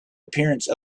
appearance